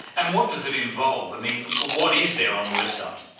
and what does it involve? i mean what is there on the website?